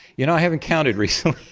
you know, i haven't counted recently,